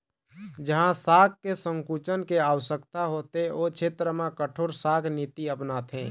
जहाँ शाख के संकुचन के आवश्यकता होथे ओ छेत्र म कठोर शाख नीति अपनाथे